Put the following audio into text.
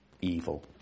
evil